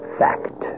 fact